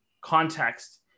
context